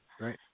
right